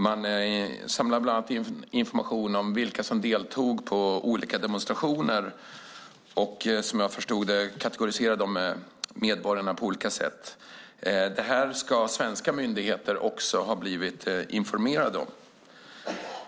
Man samlade bland annat information om vilka som deltog på olika demonstrationer, och som jag förstod det, kategoriserade medborgarna på olika sätt. Det här ska svenska myndigheter ha blivit informerade om.